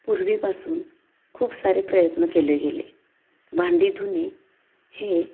पूर्वीपासून खूप सारे प्रयत्न केले गेले भांडी धुणे हे